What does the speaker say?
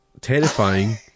terrifying